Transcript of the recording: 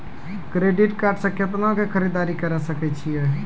Credit card से कितना के खरीददारी करे सकय छियै?